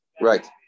Right